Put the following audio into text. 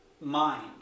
mind